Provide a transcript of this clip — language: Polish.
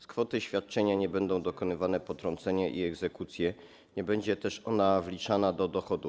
Z kwoty świadczenia nie będą dokonywane potrącenia i egzekucje, nie będzie też ona wliczana do dochodu.